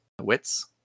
wits